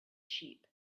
sheep